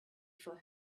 for